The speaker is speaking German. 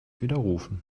widerrufen